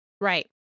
Right